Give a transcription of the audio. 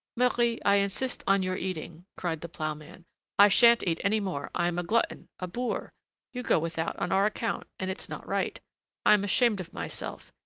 marie, i insist on your eating, cried the ploughman i shan't eat any more. i am a glutton, a boor you go without on our account, and it's not right i'm ashamed of myself.